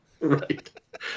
right